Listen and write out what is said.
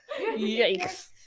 Yikes